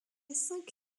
cinq